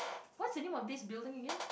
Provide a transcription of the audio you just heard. what's the name of this building again